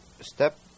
step